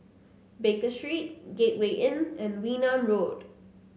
Baker Street Gateway Inn and Wee Nam Road